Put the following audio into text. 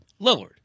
Lillard